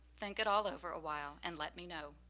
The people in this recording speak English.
think it all over a while and let me know.